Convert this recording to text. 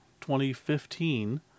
2015